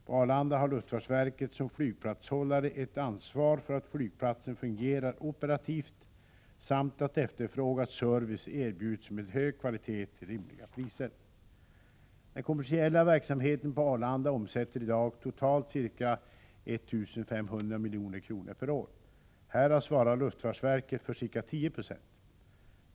På Arlanda har luftfartsverket som flygplatshållare ett ansvar för att flygplatsen fungerar operativt samt att efterfrågad service erbjuds med hög kvalitet till rimliga priser. Den kommersiella verksamheten på Arlanda omsätter i dag totalt ca 1 500 milj.kr. per år. Härav svarar luftfartsverket för ca 10 90.